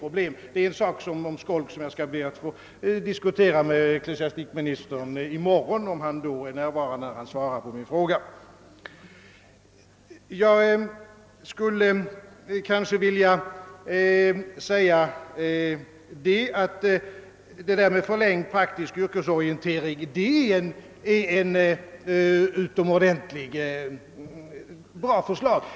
Frågan om skolk skall jag be att få diskutera med ecklesiastikministern i morgon, om han då är närvarande, när svar ges på den fråga jag ställt. Förslaget om förlängd praktisk yrkesorientering är bra.